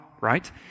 right